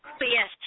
yes